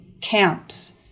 camps